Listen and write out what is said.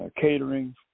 catering